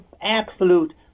absolute